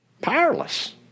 powerless